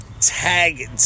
tag